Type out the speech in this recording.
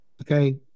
Okay